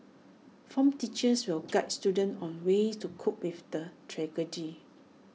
form teachers will guide students on ways to cope with the